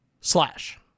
slash